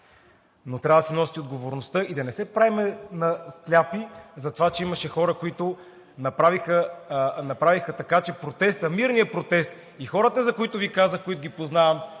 Но трябва да си носите отговорността и да не се правите на слепи, затова че имаше хора, които направиха така, че мирният протест и хората, за които Ви казах, които познавам,